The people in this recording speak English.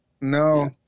No